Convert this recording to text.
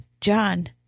John